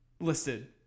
listed